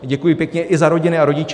Děkuji pěkně i za rodiny a rodiče.